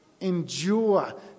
Endure